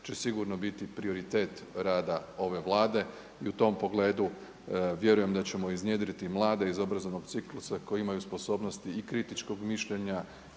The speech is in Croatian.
će sigurno biti prioritet rada ove Vlade i u tom pogledu vjerujem da ćemo iznjedriti mlade iz obrazovnog ciklusa koji imaju sposobnosti i kritičkog mišljenja